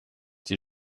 die